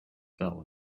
fell